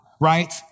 right